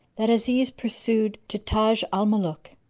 that aziz pursued to taj al-muluk